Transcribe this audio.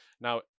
Now